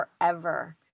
forever